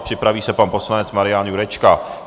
A připraví se pan poslanec Marian Jurečka.